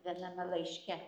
viename laiške